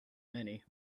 many